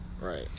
right